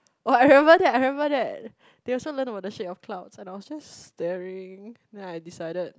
oh I remember that I remember that they also learn about the shape of cloud and I was just staring then I decided